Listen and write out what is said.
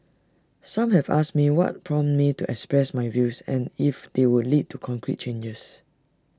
some have asked me what prompted me to express my views and if they would lead to concrete changes